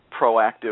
proactive